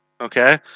Okay